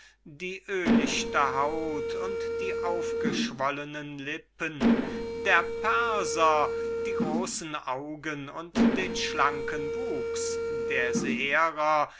die eingedrückte nase und die aufgeschwollnen dickroten lippen der persianer die großen augen und den schlanken wuchs der